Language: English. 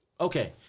Okay